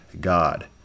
God